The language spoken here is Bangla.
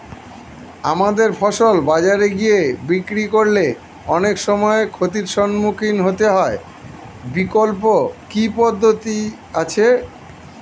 আমার ফসল বাজারে গিয়ে বিক্রি করলে অনেক সময় ক্ষতির সম্মুখীন হতে হয় বিকল্প কি পদ্ধতি আছে?